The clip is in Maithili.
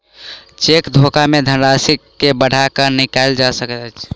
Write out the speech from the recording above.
चेक धोखा मे धन राशि के बढ़ा क नै निकालल जा सकैत अछि